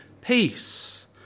peace